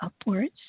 upwards